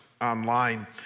online